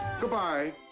goodbye